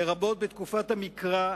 לרבות בתקופת המקרא,